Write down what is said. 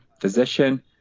physician